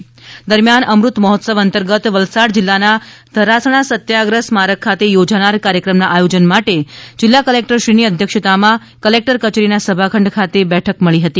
અમૃત મહોત્સવ દરમિયાન અમૃત મહોત્સવ અંતર્ગત વલસાડ જિલ્લાના ધરાસણા સત્યાગ્રાહ સ્મારક ખાતે યોજાનાર કાર્યક્રમના આયોજન માટે જિલ્લા કલેકટરશ્રીની અધ્યક્ષતામાં કલેકટર કયેરીના સભાખંડ ખાતે બેઠક મળી હતી